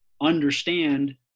understand